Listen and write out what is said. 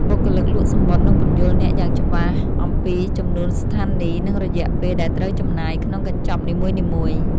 បុគ្គលិកលក់សំបុត្រនឹងពន្យល់អ្នកយ៉ាងច្បាស់អំពីចំនួនស្ថានីយ និងរយៈពេលដែលត្រូវចំណាយក្នុងកញ្ចប់នីមួយៗ។